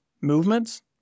movements